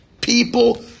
People